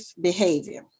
behavior